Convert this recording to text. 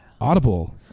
Audible